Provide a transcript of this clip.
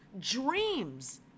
dreams